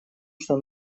что